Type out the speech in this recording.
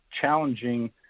challenging